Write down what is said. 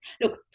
look